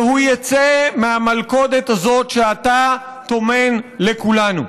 והוא יצא מהמלכודת הזאת שאתה טומן לכולנו.